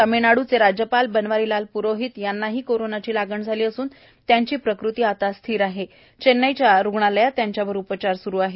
तामिळनाड्चे राज्यपाल बनवारीलाल प्रोहित यांना कोरोंनाची लागण झाली असून त्यांची प्रकृती स्थिर असून चेन्नई च्या रुग्णालयात त्यांच्यावर उपचार स्रू आहेत